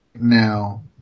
now